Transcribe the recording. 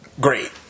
great